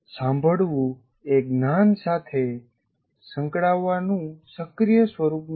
સાંભળવું એ જ્ઞાન સાથે સંકળાવવાનું સક્રિય સ્વરૂપ નથી